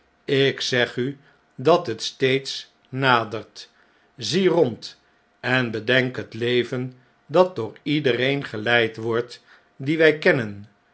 ik zeg u dat het steeds nadert zie rond en bedenk het leven dat door iedereen geleid wordt dien wij kennen